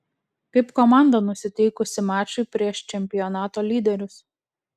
kaip komanda nusiteikusi mačui prieš čempionato lyderius